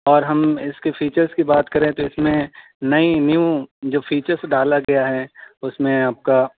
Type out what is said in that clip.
اور ہم اس کی فیچرس کی بات کریں تو اس میں نئی نیو جو فیچرس ڈالا گیا ہے اس میں آپ کا